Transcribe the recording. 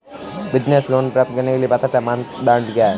Business loan प्राप्त करने के लिए पात्रता मानदंड क्या हैं?